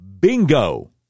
bingo